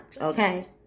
Okay